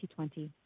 2020